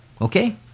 Okay